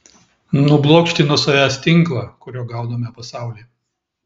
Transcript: nublokšti nuo savęs tinklą kuriuo gaudome pasaulį